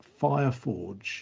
Fireforge